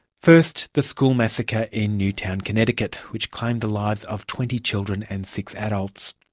first, the school massacre in newtown, connecticut, which claimed the lives of twenty children and six adults.